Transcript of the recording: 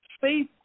faith